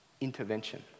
intervention